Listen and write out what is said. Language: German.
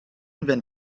werden